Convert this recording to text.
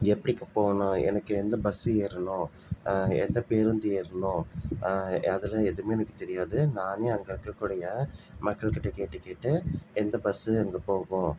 எப்படி போகணும் எனக்கு எந்த பஸ்ஸு ஏறணும் எந்த பேருந்து ஏறணும் அதெல்லாம் எதுவுமே எனக்கு தெரியாது நானே அங்கே இருக்கக்கூடிய மக்கள்கிட்ட கேட்டுக்கேட்டு எந்த பஸ்ஸு அங்கே போகும்